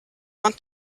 want